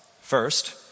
first